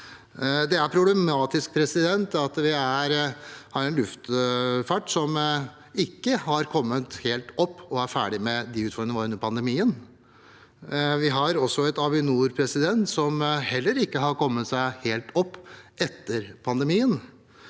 Det er problematisk at vi har en luftfart som ikke har kommet seg helt etter og er ferdig med de utfordrende årene under pandemien. Vi har også et Avinor som heller ikke har kommet seg helt etter pandemien.